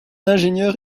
ingénieur